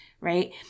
right